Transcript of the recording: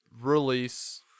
release